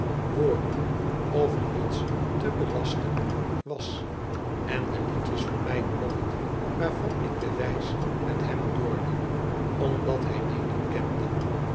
of er niets te belasten was en de liedjes van mij kocht waarvan ik de wijs met hem doorliep omdat hij die niet kende